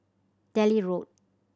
Delhi Road